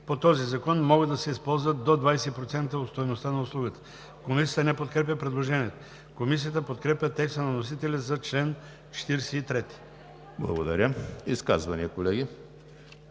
по този закон могат да се използват до 20% от стойността на услугата“.“ Комисията не подкрепя предложението. Комисията подкрепя текста на вносителя за чл. 43. ПРЕДСЕДАТЕЛ ЕМИЛ